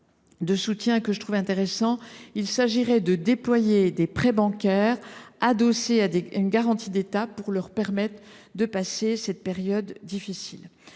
de soutien que je trouve intéressant : il s’agirait d’octroyer des prêts bancaires adossés à une garantie d’État, afin de permettre de passer cette période difficile.